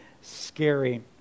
scary